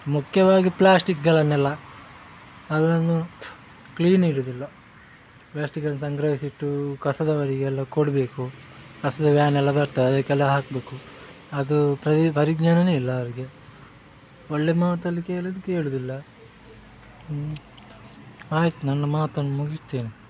ಮುಖ್ಯವಾಗಿ ಪ್ಲಾಸ್ಟಿಕ್ಗಳನ್ನೆಲ್ಲ ಅದನ್ನು ಕ್ಲೀನ್ ಇರೋದಿಲ್ಲ ಪ್ಲಾಸ್ಟಿಕ್ಗಳನ್ನು ಸಂಗ್ರಹಿಸಿಟ್ಟು ಕಸದವರಿಗೆಲ್ಲ ಕೊಡಬೇಕು ಕಸದ ವ್ಯಾನೆಲ್ಲ ಬರ್ತದ್ ಅದಕ್ಕೆಲ್ಲ ಹಾಕಬೇಕು ಅದು ಪ್ರದಿ ಪರಿಜ್ಞಾನನೇ ಇಲ್ಲ ಅವ್ರಿಗೆ ಒಳ್ಳೆಯ ಮಾತಲ್ಲಿ ಕೇಳುದು ಕೇಳೋದಿಲ್ಲ ಆಯ್ತು ನನ್ನ ಮಾತನ್ನು ಮುಗಿಸ್ತೇನೆ